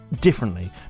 differently